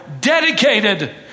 dedicated